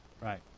Right